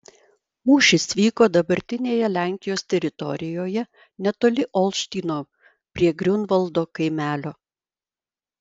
mūšis vyko dabartinėje lenkijos teritorijoje netoli olštyno prie griunvaldo kaimelio